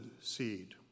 seed